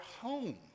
home